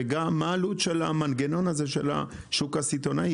וגם מה העלות של המנגנון הזה של השוק הסיטונאי